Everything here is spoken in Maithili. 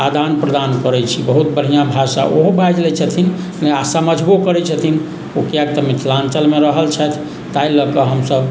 आदान प्रदान करै छी बहुत बढ़िआँ भाषा ओहो बाजि लै छथिन आओर समझबौ करै छथिन ओ किएक तऽ मिथिलाञ्चलमे रहल छथि ताहि लऽ कऽ हमसब